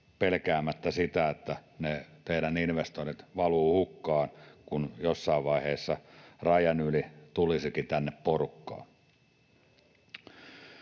pelkäämättä sitä, että ne investoinnit valuvat hukkaan, kun jossain vaiheessa rajan yli tulisikin tänne porukkaa.